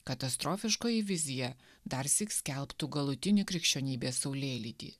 katastrofiškoji vizija darsyk skelbtų galutinį krikščionybės saulėlydį